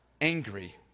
angry